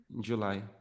July